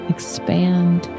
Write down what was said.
Expand